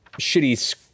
shitty